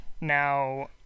now